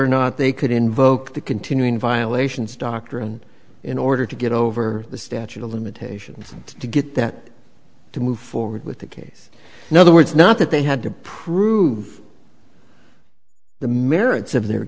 or not they could invoke the continuing violations doctrine in order to get over the statute of limitations and to get that to move forward with the case in other words not that they had to prove the merits of their